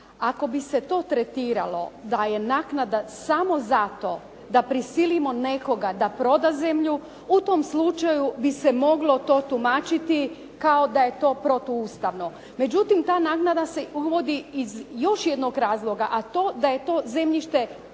Ako bi se to tretiralo da je naknada samo zato da prisilimo nekoga da proda zemlju, u tom slučaju bi se moglo to tumačiti kao da je to protuustavno. Međutim ta naknada se uvodi iz još jednog razloga, a to da je to zemljište